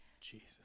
Jesus